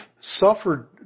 suffered